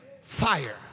fire